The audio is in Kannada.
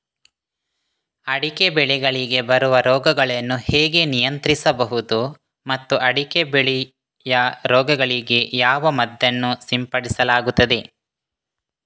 ಅಡಿಕೆ ಬೆಳೆಗಳಿಗೆ ಬರುವ ರೋಗಗಳನ್ನು ಹೇಗೆ ನಿಯಂತ್ರಿಸಬಹುದು ಮತ್ತು ಅಡಿಕೆ ಬೆಳೆಯ ರೋಗಗಳಿಗೆ ಯಾವ ಮದ್ದನ್ನು ಸಿಂಪಡಿಸಲಾಗುತ್ತದೆ?